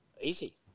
Easy